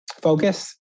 Focus